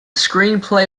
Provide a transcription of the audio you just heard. screenplay